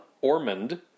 Ormond